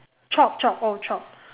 chopped chopped oh chopped